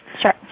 Sure